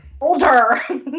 older